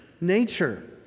nature